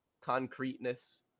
concreteness